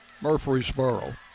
Murfreesboro